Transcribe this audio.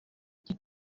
iki